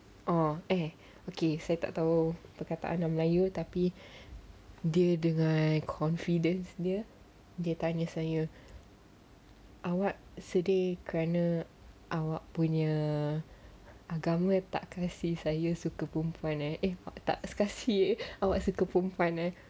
oh eh okay saya tak tahu perkataan dalam melayu tetapi dia dengan confidencenya dia tanya saya awak sedih kerana awak punya agama tak kasih saya suka perempuan eh tak kasih awak suka perempuan eh